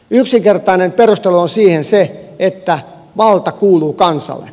yksinkertainen perustelu sille on se että valta kuuluu kansalle